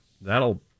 that'll